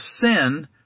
sin